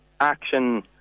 action